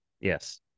Yes